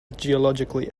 geologically